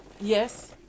Yes